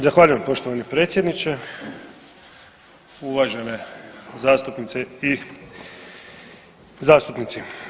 Zahvaljujem poštovani predsjedniče, uvažene zastupnice i zastupnici.